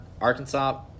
Arkansas